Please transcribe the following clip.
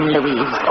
Louise